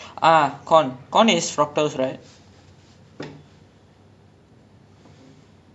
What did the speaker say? so like number number ya ya so it's like நம்ம ஊர்ல கல்லு குடிப்பாங்க தெரிம்யுல:namma oorla kallu kudipaanga theriyumla